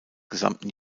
gesamten